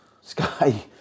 Sky